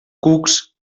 cucs